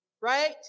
Right